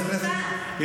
חבר הכנסת,